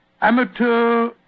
Amateur